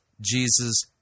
Jesus